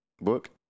book